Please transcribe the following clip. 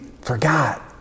forgot